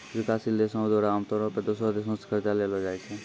विकासशील देशो द्वारा आमतौरो पे दोसरो देशो से कर्जा लेलो जाय छै